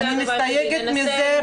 אני מסתייגת מזה.